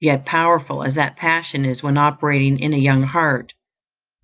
yet powerful as that passion is when operating in a young heart